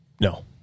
No